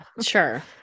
sure